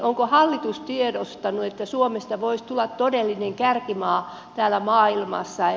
onko hallitus tiedostanut että suomesta voisi tulla todellinen kärkimaa maailmassa